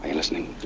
yeah listening?